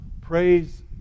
praise